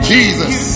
Jesus